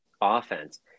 offense